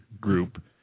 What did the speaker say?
group